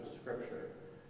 Scripture